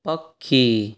ପକ୍ଷୀ